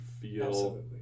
feel